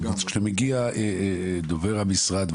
כשמגיע דובר המשרד,